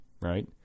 right